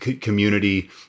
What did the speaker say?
community